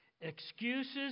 Excuses